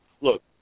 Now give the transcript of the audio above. look